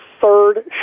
third